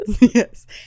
yes